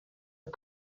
are